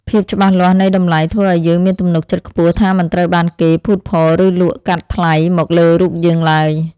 ភាពច្បាស់លាស់នៃតម្លៃធ្វើឱ្យយើងមានទំនុកចិត្តខ្ពស់ថាមិនត្រូវបានគេភូតភរឬលក់កាត់ថ្លៃមកលើរូបយើងឡើយ។